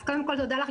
אז קודם כל תודה לך,